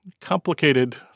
complicated